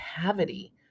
cavity